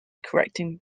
collecting